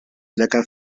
lecker